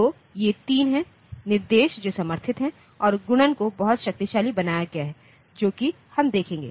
तो ये 3 हैं निर्देश जो समर्थित हैं और गुणन को बहुत शक्तिशाली बनाया गया है जो कि हम देखेंगे